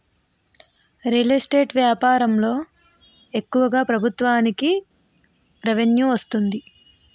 real estate వ్యాపారంలో ఎక్కువగా ప్రభుత్వానికి రెవెన్యూ వస్తుంది